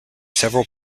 several